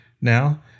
now